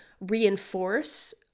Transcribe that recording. reinforce